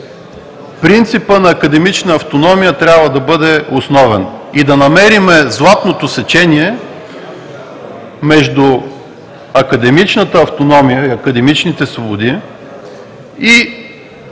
принципът на академична автономия трябва да бъде основен и да намерим златното сечение между академичната автономия и академичните свободи и